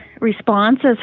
responses